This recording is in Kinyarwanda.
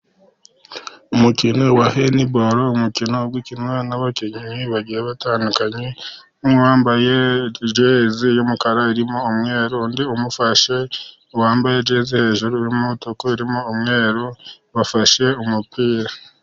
Umukino wa hendi bolo: umukino ukinwa n' abakinnyi bagiye batandukanye umwe wambaye ijezi y' umukara irimo umweru undi umufashe wambaye ijezi hejuru y' umutuku irimo umweru bafashe umupira.